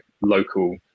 local